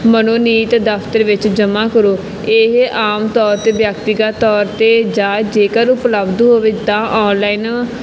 ਮਨੋਨੀਤ ਦਫਤਰ ਵਿੱਚ ਜਮ੍ਹਾਂ ਕਰੋ ਇਹ ਆਮ ਤੌਰ 'ਤੇ ਵਿਅਕਤੀਗਤ ਤੌਰ 'ਤੇ ਜਾਂ ਜੇਕਰ ਉਪਲਬਧ ਹੋਵੇ ਤਾਂ ਔਨਲਾਈਨ